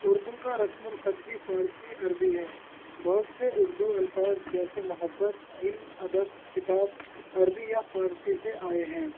اردو کا رسم الخط بھی فارسی عربی ہے بہت سے اردو الفاظ جیسے محبت علم ادب کتاب عربی یا فارسی سے آئے ہیں